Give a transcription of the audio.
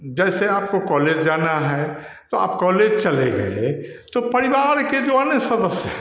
जैसे आपको कॉलेज जाना है तो आप कॉलेज चले गये तो परिवार के जो अन्य सदस्य हैं